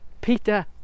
Peter